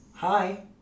Hi